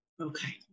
Okay